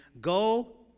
Go